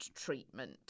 treatment